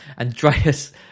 Andreas